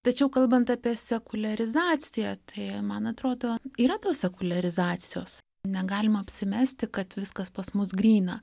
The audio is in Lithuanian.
tačiau kalbant apie sekuliarizaciją tai man atrodo yra tos sekuliarizacijos negalima apsimesti kad viskas pas mus gryna